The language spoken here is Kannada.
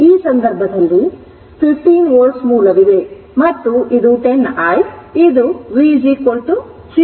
ಆದ್ದರಿಂದ ಈಗ ಈ ಸಂದರ್ಭದಲ್ಲಿ 15 ವೋಲ್ಟ್ ಮೂಲವಿದೆ ಮತ್ತು ಇದು 10i ಮತ್ತು ಇದು v14 Farad ಆಗಿದೆ